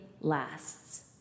lasts